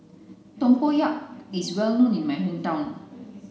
Tempoyak is well known in my hometown